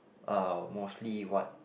uh mostly what